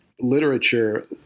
literature